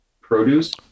produce